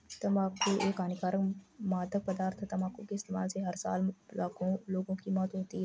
तंबाकू एक हानिकारक मादक पदार्थ है, तंबाकू के इस्तेमाल से हर साल लाखों लोगों की मौत होती है